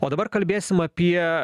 o dabar kalbėsim apie